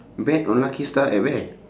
bet on lucky star at where